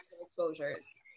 exposures